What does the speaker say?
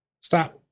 stop